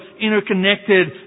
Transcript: interconnected